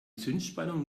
zündspannung